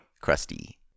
crusty